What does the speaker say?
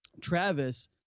Travis